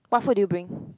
what food did you bring